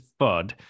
FUD